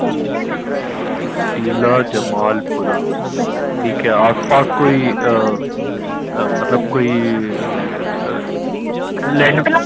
टीला जमालपुरा ठीक है आसपास कोई मतलब कोई